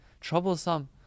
troublesome